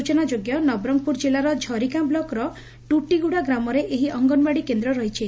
ସ୍ଚନାଯୋଗ୍ୟ ନବରଙ୍ପୁର ଜିଲ୍ଲାର ଝରିଗାଁ ବ୍ଲକ୍ର ଟୁଟିଗୁଡ଼ା ଗ୍ରାମରେ ଏହି ଅଙ୍ଗନଓ୍ୱାଡ଼ି କେନ୍ଦ୍ ରହିଛି